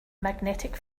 magnetic